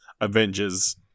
Avengers